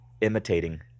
imitating